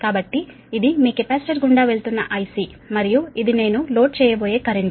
కాబట్టి ఇది మీ కెపాసిటర్ గుండా వెళుతున్న IC మరియు ఇది నేను లోడ్ చేయబోయే కరెంట్